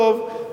טוב,